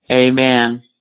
Amen